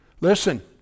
Listen